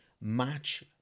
match